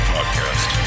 Podcast